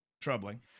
troubling